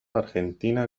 argentina